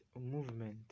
movement